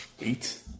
Eight